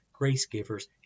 grace-givers